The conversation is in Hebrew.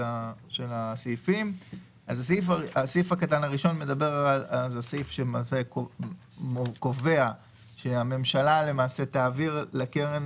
הסעיף הקטן הראשון קובע שהממשלה תעביר לקרן